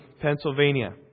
Pennsylvania